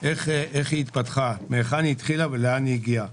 איך היא התפתחה, מהיכן היא התחילה ולאן היא הגיעה.